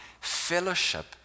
fellowship